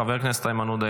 חבר הכנסת איימן עודה,